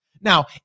Now